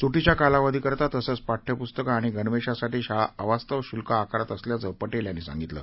सुटीच्या कालावधीकरिता तसंच पाठ्यपुस्तकं आणि गणवेशासाठी शाळा अवास्तव शुल्क आकारत असल्याचं पटेल यांनी सांगितलं